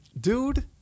Dude